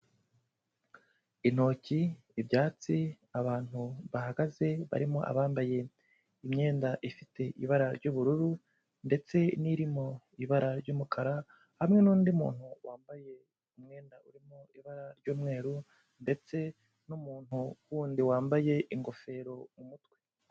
Intoki, ibyatsi, abantu bahagaze barimo abambaye imyenda ifite ibara ry'ubururu ndetse n'irimo ibara ry'umukara, hamwe n'undi muntu wambaye umwenda urimo ibara ry'umweru ndetse n' numuntu w'undi wambaye ingofero mu mutwe.